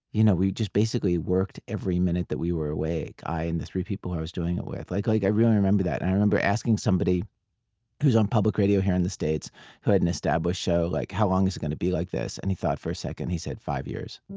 you know we just basically worked every minute that we were awake, i and the three people i was doing it with. like like i really remember that. i remember asking somebody who's on public radio here in the states who had an established show like how long is it going to be like this? and he thought for a second and he said, five years.